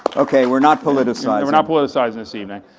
okay, we're not politicizing. we're not politicizing this evening.